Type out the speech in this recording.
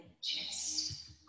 chest